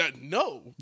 No